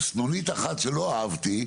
סנונית אחת שלא אהבתי,